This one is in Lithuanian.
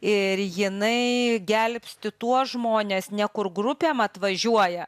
ir jinai gelbsti tuos žmones ne kur grupėm atvažiuoja